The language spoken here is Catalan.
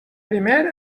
primer